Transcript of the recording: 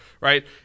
right